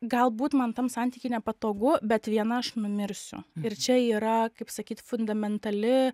galbūt man tam santyky nepatogu bet viena aš numirsiu ir čia yra kaip sakyt fundamentali